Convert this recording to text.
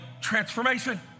transformation